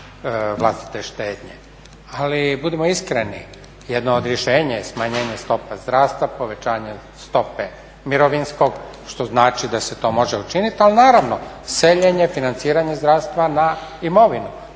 vlastite štednje. Ali budimo iskreni jedno od rješenja je smanjenje stope zdravstva, povećanje stope mirovinskog što znači da se to može učiniti. Ali naravno seljenje, financiranje zdravstva na imovinu